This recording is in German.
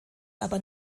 aber